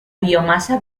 biomasa